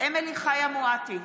אמילי חיה מואטי,